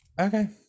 Okay